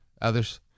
Others